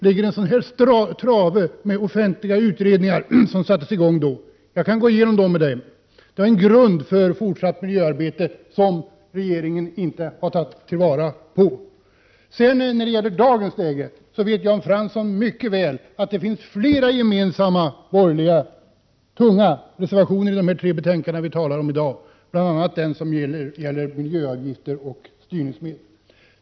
—ligger en stor trave med offentliga utredningar som sattes i gång då. Jag kan gå igenom dem med Jan Fransson. Det var en grund för fortsatt miljöarbete som regeringen inte har tagit vara på. När det gäller dagens läge vet Jan Fransson mycket väl att det finns flera gemensamma borgerliga, tunga reservationer i de tre betänkanden vi talar om i dag, bl.a. den reservation som gäller miljöavgifter och styrningsmedel.